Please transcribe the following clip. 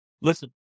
listen